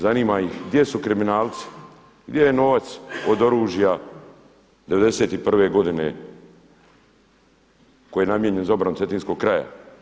Zanima ih gdje su kriminalci, gdje je novac od oružja '91. godine koji je namijenjen za obranu Cetinskog kraja.